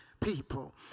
people